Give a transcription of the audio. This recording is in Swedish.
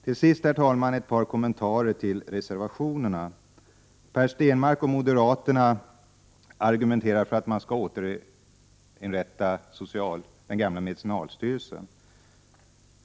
Till sist, herr talman, ett par kommentarer till reservationerna. Per Stenmarck och moderaterna argumenterar för att man skall återinrätta den gamla medicinalstyrelsen.